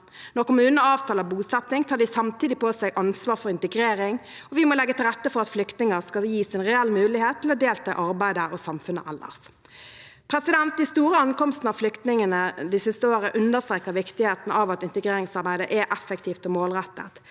Når kommunene avtaler bosetning, tar de samtidig på seg ansvar for integrering. Vi må legge til rette for at flyktninger skal gis en reell mulighet til å delta i arbeidet og samfunnet ellers. De store ankomstene av flyktninger det siste året understreker viktigheten av at integreringsarbeidet er effektivt og målrettet.